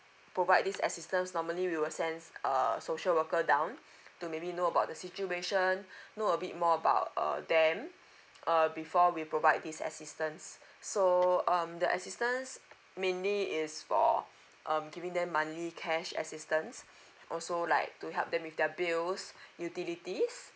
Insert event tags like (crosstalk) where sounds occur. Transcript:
provide this assistance normally we will sends uh social worker down (breath) to maybe know about the situation (breath) know a bit more about uh them uh before we provide this assistance so um the assistance mainly is for um giving them monthly cash assistance also like to help them with their bills utilities